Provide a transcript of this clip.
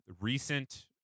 recent